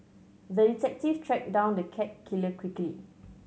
the detective tracked down the cat killer quickly